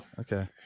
Okay